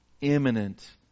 imminent